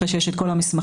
אחרי שיש כל המסמכים,